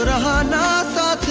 and aha